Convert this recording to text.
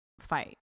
fight